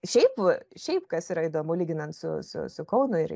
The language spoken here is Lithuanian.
šiaip šiaip kas yra įdomu lyginant su su su kaunu ir